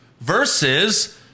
versus